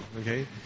Okay